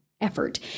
effort